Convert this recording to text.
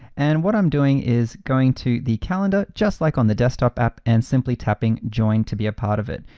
and what i'm doing is going to the calendar just like on the desktop app, and simply tapping join to be a part of it.